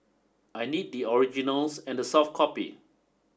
I need the originals and the soft copy